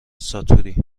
ساتوری